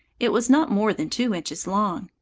it was not more than two inches long.